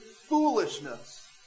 foolishness